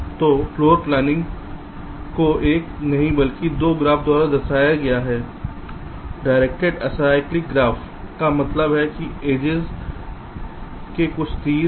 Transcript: तो यहाँ फर्श की योजना को एक नहीं बल्कि दो ग्राफ द्वारा दर्शाया गया है डीरेक्टेड असाइक्लिक ग्राफ का मतलब है कि एड्जेस में कुछ तीर हैं